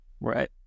Right